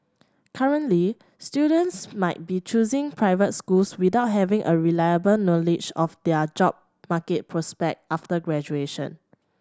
currently students might be choosing private schools without having a reliable knowledge of their job market prospect after graduation